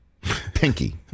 pinky